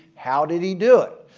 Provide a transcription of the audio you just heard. how did he do it?